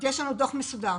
יש לנו דוח מסודר.